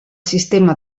sistema